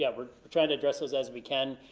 yeah we're trying to address those as we can.